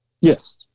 Yes